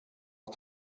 att